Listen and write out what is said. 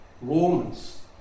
Romans